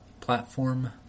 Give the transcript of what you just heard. platform